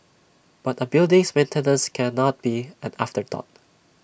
but A building's maintenance cannot be an afterthought